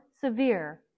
severe